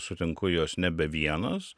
sutinku juos nebe vienas